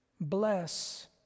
bless